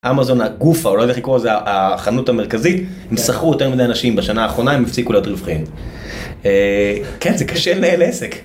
אמאזון הגופה, או לא יודעת איך לקרוא לזה, החנות המרכזית, הם שכרו יותר מדי אנשים בשנה האחרונה, הם הפסיקו להיות ריווחיים. כן, זה קשה לנהל עסק.